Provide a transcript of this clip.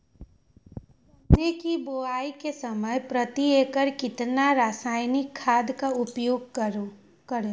गन्ने की बुवाई के समय प्रति एकड़ कितना रासायनिक खाद का उपयोग करें?